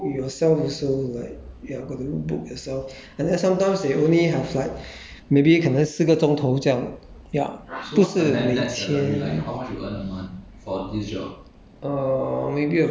no no don't get to work every day you have to like book yourself also like yeah got to book yourself and then sometimes they only have like maybe 可能四个钟头这样 yeah 不是每天